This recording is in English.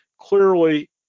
clearly